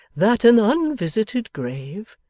that an unvisited grave,